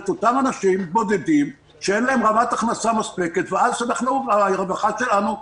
את אותם אנשים בודדים שאין להם רמת הכנסה מספקת ואז הרווחה שלנו מסייעת.